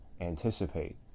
anticipate